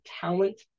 talent